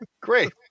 Great